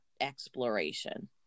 exploration